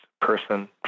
person